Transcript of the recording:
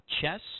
chess